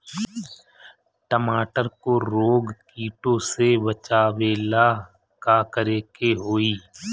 टमाटर को रोग कीटो से बचावेला का करेके होई?